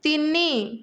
ତିନି